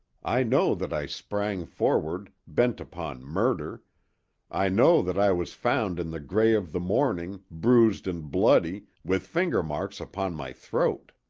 i know that i sprang forward, bent upon murder i know that i was found in the gray of the morning, bruised and bloody, with finger marks upon my throat.